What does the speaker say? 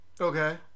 Okay